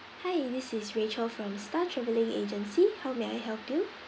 hi this is rachel from star travelling agency how may I help you